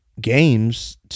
games